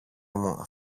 μου